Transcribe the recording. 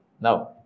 Now